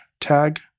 tag